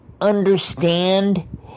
understand